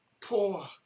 poor